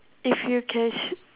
if you can sn~